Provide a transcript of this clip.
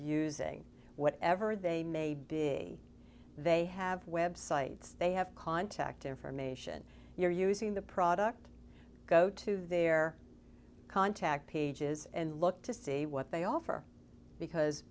using whatever they may be they have websites they have contact information you're using the product go to their contact pages and look to see what they offer because